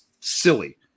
silly